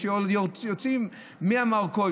כשיוצאים מהמרכול,